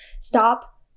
stop